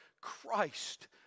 Christ